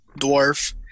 Dwarf